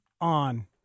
on